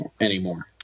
anymore